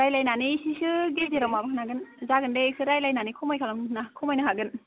रायज्लायनानै एसेसो गेजेराव माबा नांगोन जागोन दे इखो रायज्लायनानै खमाय खालाम ना खमायनो हागोन